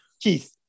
Keith